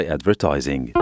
Advertising